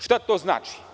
Šta to znači?